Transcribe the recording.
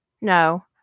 no